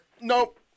Nope